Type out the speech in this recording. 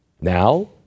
Now